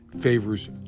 favors